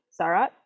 Sarat